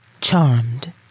Charmed